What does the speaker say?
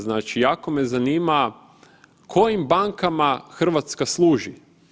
Znači, jako me zanima kojim bankama Hrvatska služi.